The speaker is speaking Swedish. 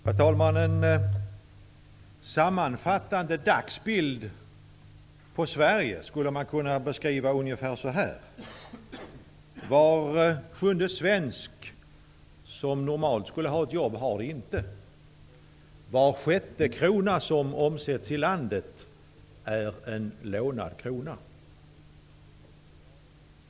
Herr talman! En sammanfattande dagsbild av Sverige skulle kunna beskrivas ungefär så här: Var sjunde svensk som normalt skulle ha ett jobb har det inte. Var sjätte krona som omsätts i landet är en lånad krona.